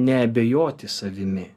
neabejoti savimi